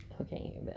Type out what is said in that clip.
Okay